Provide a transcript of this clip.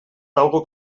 talgo